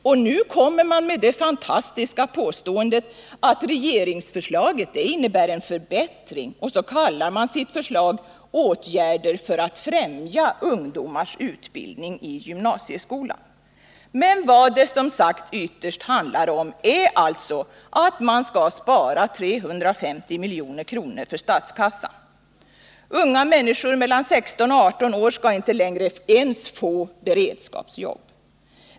Dessutom kommer man med det fantastiska påståendet att regeringsförslaget innebär en förbättring, och därför kallar man sitt förslag ”åtgärder för att främja ungdomens utbildning i gymnasieskolan”. Men vad det ytterst handlar om är alltså att spara 350 milj.kr. för statskassan. Ungdomar mellan 16 och 18 år skall inte längre ens få beredskapsjobb.